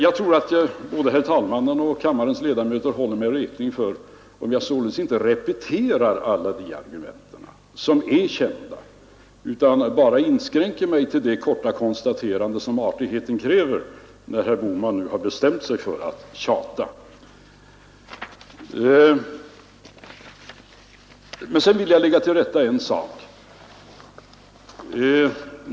Herr talmannen och kammarens ledamöter håller mig säkert räkning för att jag således inte repeterar alla dessa argument, som är kända, utan inskränker mig till det korta konstaterande som artigheten kräver när herr Bohman nu har bestämt sig för att tjata. Sedan vill jag lägga till rätta en sak.